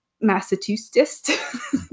Massachusetts